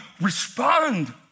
respond